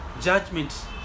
judgment